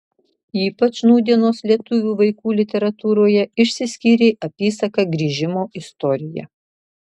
ypač nūdienos lietuvių vaikų literatūroje išsiskyrė apysaka grįžimo istorija